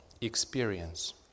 experience